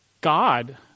God